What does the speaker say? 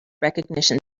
recognition